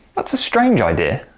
that's a strange idea.